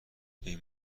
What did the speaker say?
این